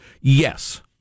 Yes